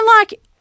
like-